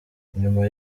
nyuma